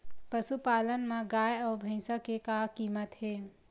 पशुपालन मा गाय अउ भंइसा के का कीमत हे?